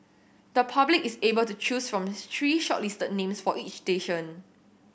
the public is able to choose from three shortlisted names for each station